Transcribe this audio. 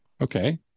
Okay